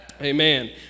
Amen